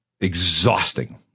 exhausting